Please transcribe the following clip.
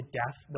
death